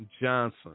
Johnson